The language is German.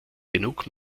genug